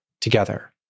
together